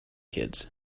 kids